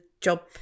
job